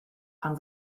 pan